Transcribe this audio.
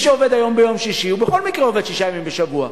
מי שעובד היום ביום שישי בכל מקרה עובד שישה ימים בשבוע,